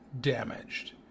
damaged